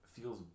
feels